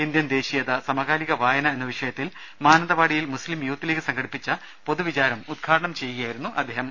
Indian ദേശീയത സമകാലിക വായന എന്ന വിഷയ ത്തിൽ മാനന്തവാടിയിൽ മുസ്ലിം യൂത്ത്ലീഗ് സംഘടിപ്പിച്ച പൊതുവിചാരം ഉദ്ഘാടനം ചെയ്യുകയായിരുന്നു അദ്ദേഹം